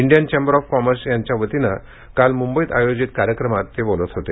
Indian Chamber of Commerce यांच्या वतीनं काल मुंबईत आयोजित कार्यक्रमात ते बोलत होते